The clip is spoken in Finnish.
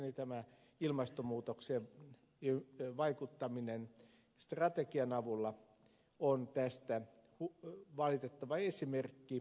mielestäni tämä ilmastonmuutokseen vaikuttaminen strategian avulla on tästä valitettava esimerkki